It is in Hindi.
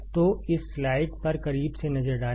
तो इस स्लाइड पर करीब से नज़र डालें